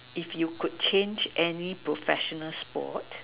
if you could change any professional sport